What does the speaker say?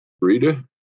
Rita